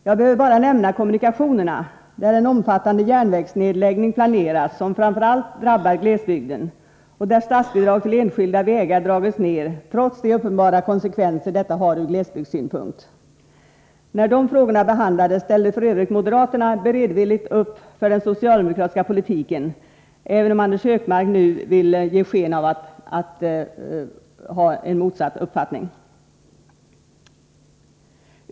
Jag behöver bara nämna kommunikationerna, där en omfattande järnvägsnedläggning planeras som framför allt drabbar glesbygden och där statsbidrag till enskilda vägar dragits ned trots de uppenbara konsekvenser detta har ur glesbygdssynpunkt. När dessa frågor behandlades ställde f. ö. moderaterna beredvilligt upp för den socialdemokratiska politiken, även om Anders Högmark nu vill ge sken av att företräda en motsatt inriktning.